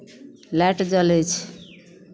light जलै छै